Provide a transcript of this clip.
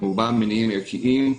רובם מניעים ערכיים.